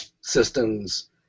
systems